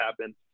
happen